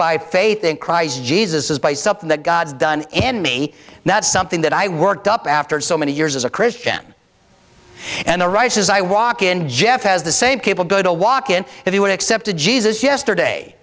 by faith in christ jesus is by something that god's done and me that's something that i worked up after so many years as a christian and the rices i walk in jeff has the same people go to walk in if you accepted jesus yesterday